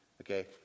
Okay